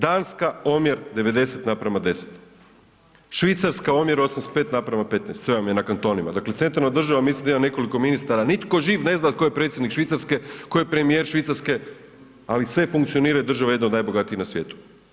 Danska omjer 90:10, Švicarska omjer 85:15, sve vam je na kantonima, dakle centralna država mislim da ima nekoliko ministara, nitko živ ne zna tko je predsjednik Švicarske, tko je premijer Švicarske, ali sve funkcionira i država je jedna od najbogatijih na svijetu.